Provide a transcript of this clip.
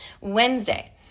Wednesday